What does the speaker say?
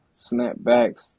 snapbacks